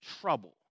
trouble